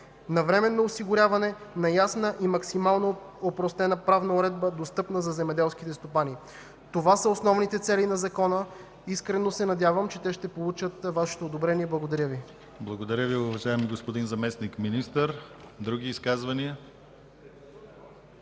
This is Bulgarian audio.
Навременно осигуряване на ясна и максимално опростена правна уредба, достъпна за земеделските стопани. Това са основните цели на закона. Искрено се надявам, че те ще получат Вашето одобрение. Благодаря Ви. ПРЕДСЕДАТЕЛ ДИМИТЪР ГЛАВЧЕВ: Благодаря Ви, уважаеми господин Заместник-министър. Други изказвания?